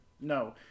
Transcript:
No